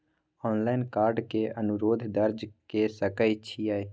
Online card के अनुरोध दर्ज के सकै छियै?